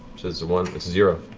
says one. it's a zero.